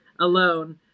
alone